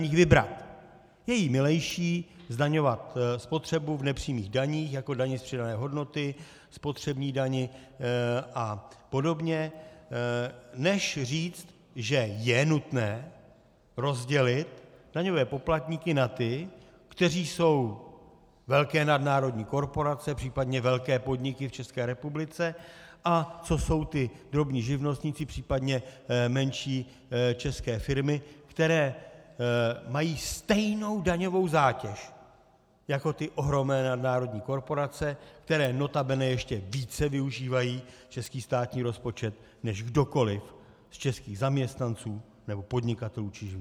Je jí milejší zdaňovat spotřebu v nepřímých daních, jako dani z přidané hodnoty, spotřební dani a podobně, než říct, že je nutné rozdělit daňové poplatníky na ty, kteří jsou velké nadnárodní korporace, případně velké podniky v České republice, a co jsou ti drobní živnostníci, případně menší české firmy, které mají stejnou daňovou zátěž jako ty ohromné nadnárodní korporace, které nota bene ještě více využívají český státní rozpočet než kdokoli z českých zaměstnanců nebo podnikatelů či živnostníků.